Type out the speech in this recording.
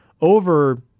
over